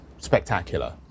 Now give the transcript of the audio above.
spectacular